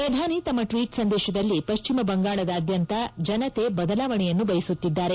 ಪ್ರಧಾನಿ ತಮ್ಮ ಟ್ವೀಟ್ ಸಂದೇಶದಲ್ಲಿ ಪಶ್ಚಿಮ ಬಂಗಾಳದಾದ್ಯಂತ ಜನತೆ ಬದಲಾವಣೆಯನ್ನು ಬಯಸುತ್ತಿದ್ದಾರೆ